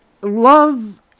love